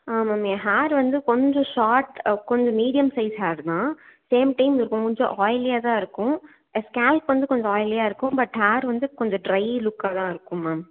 ஆ ma'am என் hair வந்து கொஞ்சம் ஷாட் கொஞ்சம் மீடியம் சைஸ் ஹேர் தான் சேம் டைம் இது கொஞ்சம் ஆயிலியாக தான் இருக்கும் ஸ்கேல்ஃப் வந்து கொஞ்சம் ஆயிலியாக இருக்கும் பட் ஹேர் வந்து கொஞ்சம் ட்ரை லுக்காக தான் இருக்கும் மேம்